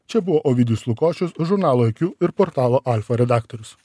čia buvo ovidijus lukošius žurnalo iq ir portalo alfa redaktorius